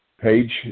page